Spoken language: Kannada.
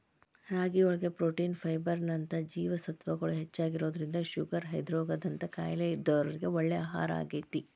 ರಾಗಿಯೊಳಗ ಪ್ರೊಟೇನ್, ಫೈಬರ್ ನಂತ ಜೇವಸತ್ವಗಳು ಹೆಚ್ಚಾಗಿರೋದ್ರಿಂದ ಶುಗರ್, ಹೃದ್ರೋಗ ದಂತ ಕಾಯಲೇ ಇದ್ದೋರಿಗೆ ಒಳ್ಳೆ ಆಹಾರಾಗೇತಿ